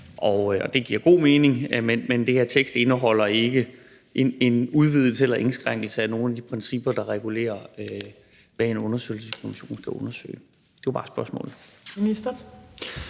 det giver god mening, men den her tekst indeholder ikke en udvidelse eller indskrænkelse af nogen af de principper, der regulerer, hvad en undersøgelseskommission skal undersøge. Det var spørgsmålet.